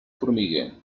formiguer